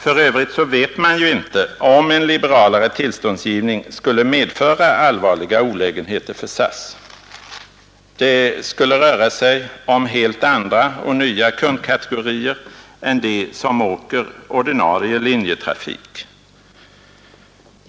För övrigt vet vi inte om en liberalare tillståndsgivning skulle medföra allvarliga olägenheter för SAS. Det skulle röra sig om helt andra och nya kundkategorier än de som åker med ordinarie linjetrafik.